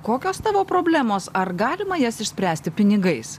kokios tavo problemos ar galima jas išspręsti pinigais